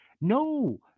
No